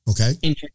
Okay